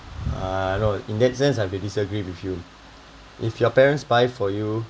uh no in that sense I disagree with you if your parents buy for you